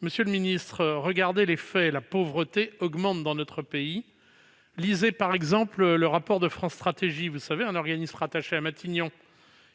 monsieur le ministre : la pauvreté augmente dans notre pays. Lisez par exemple le rapport de France Stratégie, un organisme rattaché à Matignon,